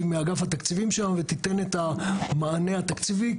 שהיא מאגף התקציבים שלנו ותיתן את המענה התקציבי.